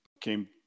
came